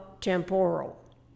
temporal